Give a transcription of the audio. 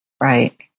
right